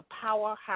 powerhouse